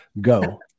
go